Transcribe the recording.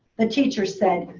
the teacher said,